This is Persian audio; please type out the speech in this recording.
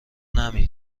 نمیر